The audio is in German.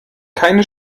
keine